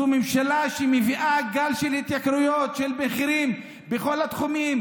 זו ממשלה שמביאה גל של התייקרויות של מחירים בכל התחומים,